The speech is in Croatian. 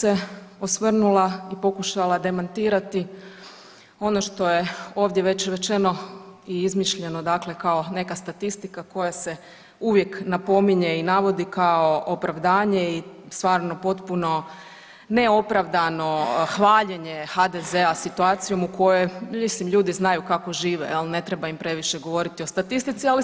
Prvo bi se osvrnula i pokušala demantirati ono što je ovdje već rečeno i izmišljeno kao neka statistika koja se uvijek napominje i navodi kao opravdanje i stvarno potpuno neopravdano hvaljenje HDZ-a situacijom u kojoj, mislim ljudi znaju kako žive, ne treba im previše govoriti o statistici, ali